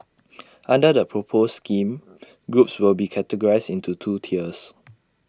under the proposed scheme groups will be categorised into two tiers